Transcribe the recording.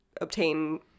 obtain